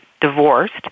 divorced